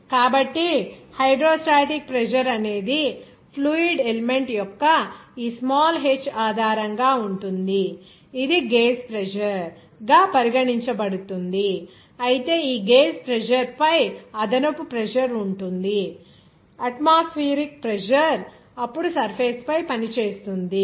కాబట్టి hydrostatic pressure అనేది ఈ ఫ్లూయిడ్ ఎలిమెంట్ యొక్క ఈ స్మాల్ h ఆధారంగా ఉంటుంది ఇది గేజ్ ప్రెజర్ గా పరిగణించబడుతుంది అయితే ఈ గేజ్ ప్రెజర్ పై అదనపు ప్రెజర్ ఉంటుంది అట్మాస్ఫియరిక్ ప్రెజర్ అప్పుడు సర్ఫేస్ పై పనిచేస్తుంది